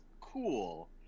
cool